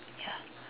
ya